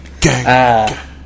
gang